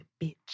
Bitch